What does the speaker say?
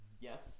Yes